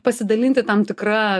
pasidalinti tam tikra